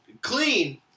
Clean